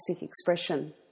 expression